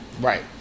Right